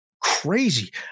crazy